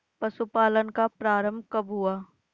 पशुपालन का प्रारंभ कब हुआ?